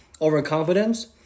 Overconfidence